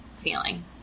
Feeling